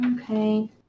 okay